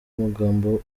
amagambo